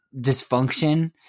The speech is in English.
dysfunction